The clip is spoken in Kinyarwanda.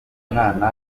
umwana